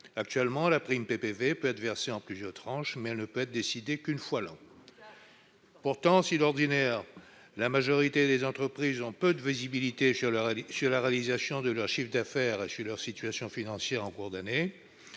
Actuellement, la PPV peut être versée en plusieurs tranches, mais elle ne peut être décidée qu'une fois l'an. Si, d'ordinaire, la majorité des entreprises ont peu de visibilité sur la réalisation de leur chiffre d'affaires et sur leur situation financière en cours d'année,